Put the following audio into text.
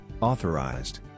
authorized